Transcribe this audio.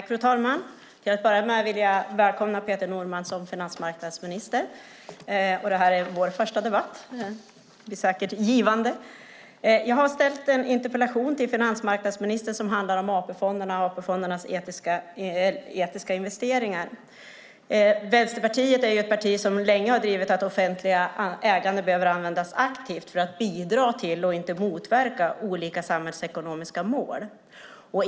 Fru talman! Till att börja med vill jag välkomna Peter Norman som finansmarknadsminister. Det här är vår första debatt, som säkert blir givande. Jag har ställt en interpellation till finansmarknadsministern som handlar om AP-fonderna och AP-fondernas etiska investeringar. Vänsterpartiet är ett parti som länge har drivit att offentligt ägande behöver användas aktivt för att bidra till och inte motverka olika samhällsekonomiska mål.